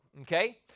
Okay